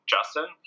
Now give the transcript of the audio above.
Justin